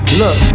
look